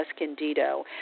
escondido